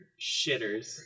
shitters